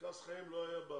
מרכז חייהם לא היה בארץ,